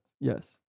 yes